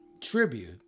tribute